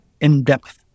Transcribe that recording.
in-depth